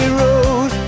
road